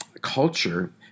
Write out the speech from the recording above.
culture